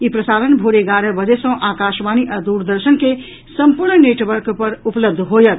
ई प्रसारण भोरे एगारह बजे सँ आकाशवाणी आ दूरदर्शन के सम्पूर्ण नेटवर्क पर उपलब्ध होयत